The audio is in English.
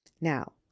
Now